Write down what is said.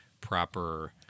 proper